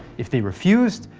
if they refused,